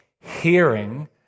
hearing